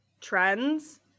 trends